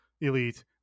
elite